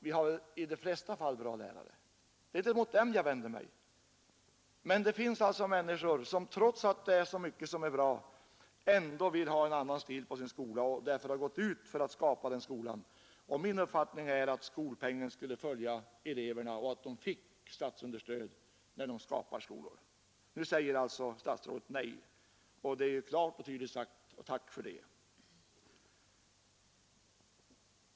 Vi har väl i de flesta fall bra lärare — det är inte mot dem jag vänder mig — men det finns människor som trots att så mycket är bra ändå vill ha en annan stil på skolan och därför har gått ut för att skapa den skolan. Min uppfattning är att skolpengen skall följa eleven och att dessa människor borde få understöd när de skapar sina skolor. Nu säger alltså att driva enskilda skolor statsrådet nej. Det är klart och tydligt sagt, och tack för det.